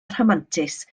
rhamantus